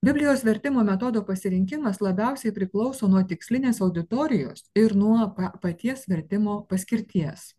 biblijos vertimo metodo pasirinkimas labiausiai priklauso nuo tikslinės auditorijos ir nuo paties vertimo paskirties